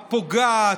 הפוגעת,